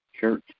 Church